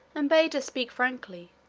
and bade her speak frankly,